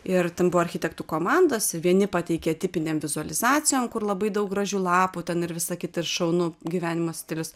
ir ten buvo architektų komandos vieni pateikia tipinėm vizualizacijom kur labai daug gražių lapų ten ir visa kita šaunu gyvenimo stilius